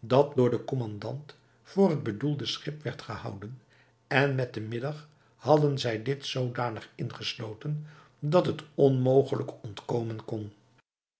dat door den kommandant voor het bedoelde schip werd gehouden en met den middag hadden zij dit zoodanig ingesloten dat het onmogelijk ontkomen kon